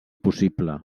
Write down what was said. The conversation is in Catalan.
possible